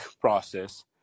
process